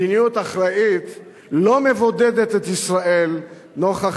מדיניות אחראית לא מבודדת את ישראל נוכח